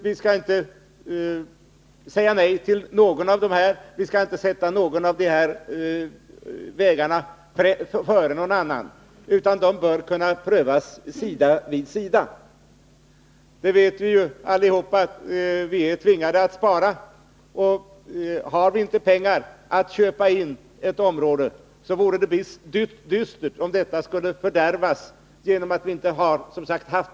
Vi skall inte säga nej till någon av dessa möjligheter, inte sätta någon av dessa vägar före en annan, utan de bör kunna prövas sida vid sida. Vi vet allihop att vi är tvingade att spara. Har vi inte pengar att köpa in ett område för, vore det dystert om detta därigenom skulle fördärvas.